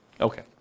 Okay